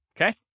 okay